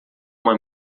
uma